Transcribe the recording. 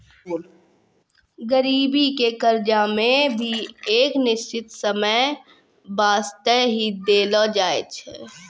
गरीबी के कर्जा मे भी एक निश्चित समय बासते ही देलो जाय छै